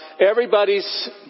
everybody's